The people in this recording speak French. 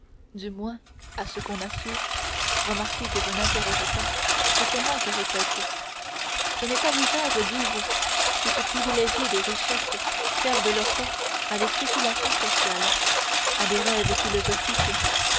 du moins à ce qu'on assure remarquez que je n'interroge pas que seulement je répète ce n'est pas l'usage dis-je que ces privilégiés des richesses perdent leur temps à des spéculations sociales à des rêves philosophiques